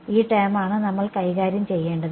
ഈ ടേമാണ് നമ്മൾ കൈകാര്യം ചെയ്യേണ്ടത്